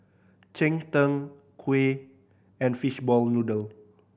cheng tng kuih and fishball noodle